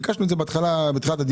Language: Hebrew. ביקשנו את זה בתחילת הדיון.